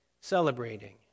celebrating